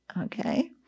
okay